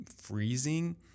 freezing